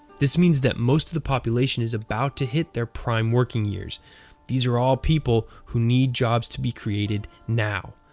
this means that most of the population is about to hit their prime working years these are all people who need jobs to be created now.